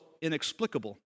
inexplicable